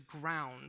ground